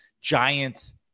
Giants